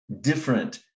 different